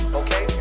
okay